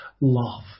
love